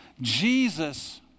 Jesus